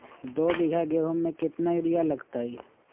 दो बीघा गेंहू में केतना यूरिया लगतै?